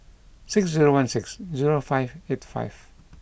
six zero one six zero five eight five